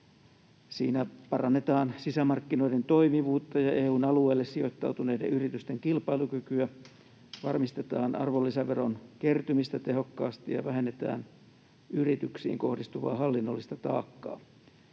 Siinä parannetaan sisämarkkinoiden toimivuutta ja EU:n alueelle sijoittautuneiden yritysten kilpailukykyä, varmistetaan arvonlisäveron kertymistä tehokkaasti ja vähennetään yrityksiin kohdistuvaa hallinnollista taakkaa.